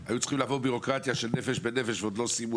הם היו צריכים לעבור בירוקרטיה של נפש בנפש ועוד לא סיימו.